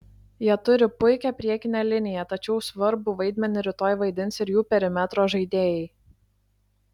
jie turi puikią priekinę liniją tačiau svarbų vaidmenį rytoj vaidins ir jų perimetro žaidėjai